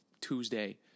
Tuesday